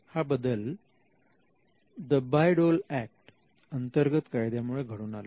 हा बदल Bayh Dole Act अंतर्गत कायद्यामुळे घडून आला